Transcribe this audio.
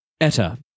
Etta